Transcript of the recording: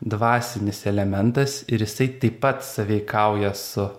dvasinis elementas ir jisai taip pat sąveikauja su